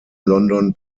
london